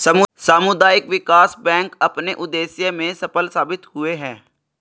सामुदायिक विकास बैंक अपने उद्देश्य में सफल साबित हुए हैं